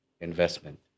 investment